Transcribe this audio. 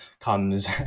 comes